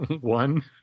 One